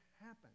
happen